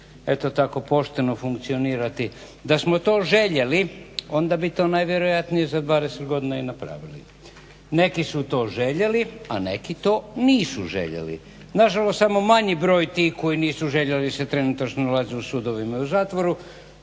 eto tako pošteno funkcionirati. Da smo to željeli onda bi to najvjerojatnije za 20 godina i napravili. Neki su to željeli, a neki to nisu željeli. Na žalost samo manji broj tih koji nisu željeli se trenutačno nalazi u sudovima i u zatvoru.